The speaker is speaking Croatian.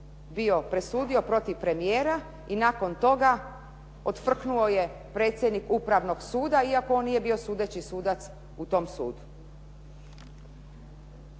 bio presudio protiv premijera i nakon toga otfrknuo je predsjednik Upravnog suda iako on nije bio sudeći sudac u tom sudu.